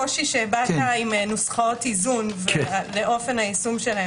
לקושי שהבעת עם נוסחאות איזון ולאופן יישומן.